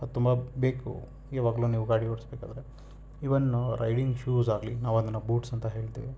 ಅದು ತುಂಬ ಬೇಕು ಯಾವಾಗ್ಲು ನೀವು ಗಾಡಿ ಓಡಿಸ್ಬೇಕಾದ್ರೆ ಈವನ್ನು ರೈಡಿಂಗ್ ಶೂಸ್ ಆಗಲಿ ನಾವು ಅದನ್ನು ಬೂಟ್ಸ್ ಅಂತ ಹೇಳ್ತೀವಿ